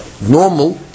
normal